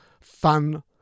fun